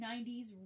90s